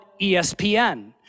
ESPN